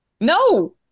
No